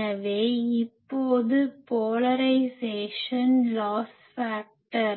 எனவே இப்போது polarization loss factor Polarization loss factor